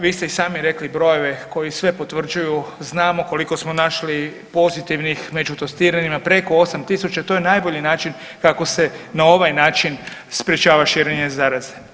Vi ste i sami rekli brojeve koji sve potvrđuju, znamo kliko smo našli pozitivnih među testiranima preko 8.000 to je najbolji način kako se na ovaj način sprečava širenje zaraze.